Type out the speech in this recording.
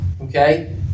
okay